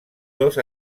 dos